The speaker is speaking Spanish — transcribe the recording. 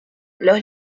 los